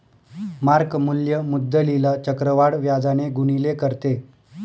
mark मूल्य मुद्दलीला चक्रवाढ व्याजाने गुणिले करते